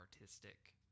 artistic